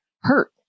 hurt